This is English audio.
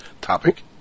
topic